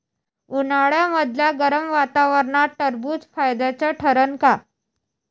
उन्हाळ्यामदल्या गरम वातावरनात टरबुज फायद्याचं ठरन का?